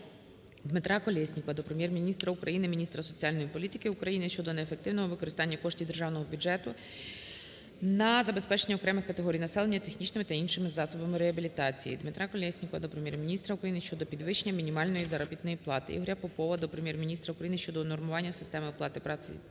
Дмитра Колєснікова до Прем'єр-міністра України, міністра соціальної політики України щодо неефективного використання коштів державного бюджету на забезпечення окремих категорій населення технічними та іншими засобами реабілітації. Дмитра Колєснікова до Прем'єр-міністра України щодо підвищення мінімальної заробітної плати. Ігоря Попова до Прем'єр-міністра України щодо унормування системи оплати праці державним